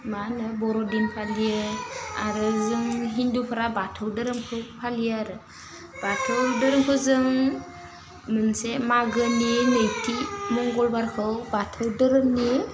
मा होनो बर'दिन फालियो आरो जोंनि हिन्दुफ्रा बाथौ दोरोमखौ फालियो आरो बाथौ दोरोमखौ जों मोनसे माघोनि नैथि मंगलबारखौ बाथौ दोरोमनि